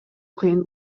кыйын